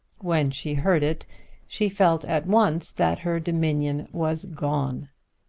when she heard it she felt at once that her dominion was gone.